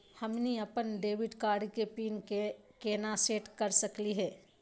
हमनी अपन debit card के पीन केना सेट कर सकली हे?